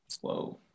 Whoa